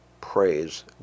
Praise